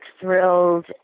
thrilled